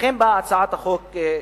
לכן באה הצעת החוק שלי.